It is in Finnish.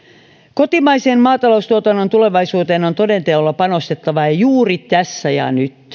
kotimaisen maataloustuotannon tulevaisuuteen on toden teolla panostettava ja juuri tässä ja